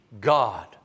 god